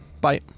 Bye